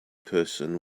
person